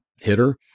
hitter